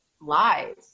lies